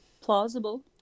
plausible